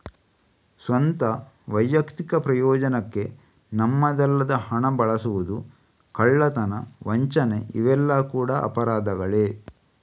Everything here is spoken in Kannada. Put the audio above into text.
ಸ್ವಂತ, ವೈಯಕ್ತಿಕ ಪ್ರಯೋಜನಕ್ಕೆ ನಮ್ಮದಲ್ಲದ ಹಣ ಬಳಸುದು, ಕಳ್ಳತನ, ವಂಚನೆ ಇವೆಲ್ಲ ಕೂಡಾ ಅಪರಾಧಗಳೇ